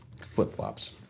Flip-flops